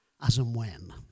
as-and-when